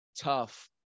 Tough